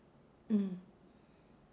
mm